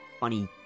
Funny